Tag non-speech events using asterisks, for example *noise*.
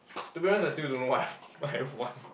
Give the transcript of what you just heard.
to be honest I still don't know what *laughs* what I want